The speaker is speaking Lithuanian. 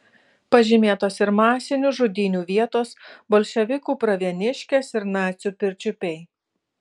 pažymėtos ir masinių žudynių vietos bolševikų pravieniškės ir nacių pirčiupiai